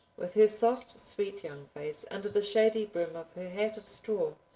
with her soft sweet young face under the shady brim of her hat of straw,